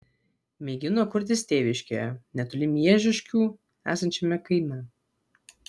mėgino kurtis tėviškėje netoli miežiškių esančiame kaime